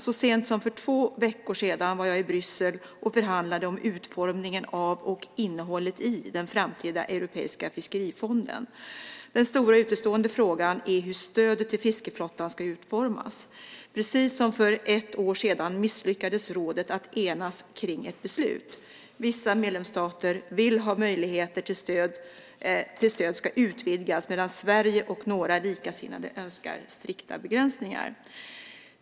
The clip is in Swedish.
Så sent som för två veckor sedan var jag i Bryssel och förhandlade om utformningen av och innehållet i den framtida europeiska fiskerifonden. Den stora utestående frågan är hur stödet till fiskeflottan ska utformas. Precis som för ett år sedan misslyckades rådet att enas kring ett beslut. Vissa medlemsstater vill att möjligheterna till stöd ska utvidgas, medan Sverige och några likasinnade önskar strikta begränsningar.